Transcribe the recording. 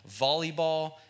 volleyball